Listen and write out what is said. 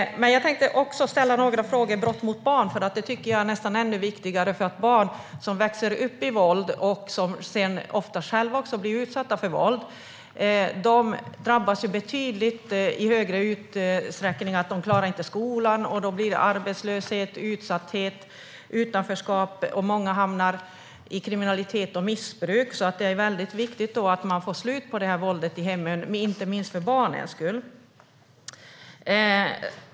Jag tänkte också ställa några frågor om brott mot barn, för det tycker jag är nästan ännu viktigare. Barn som växer upp med våld och som sedan ofta själva också blir utsatta för våld drabbas i betydligt större utsträckning av att de inte klarar skolan. Det leder till arbetslöshet, utsatthet och utanförskap. Många hamnar i kriminalitet och missbruk. Det är därför viktigt att man får slut på våldet i hemmen, inte minst för barnens skull.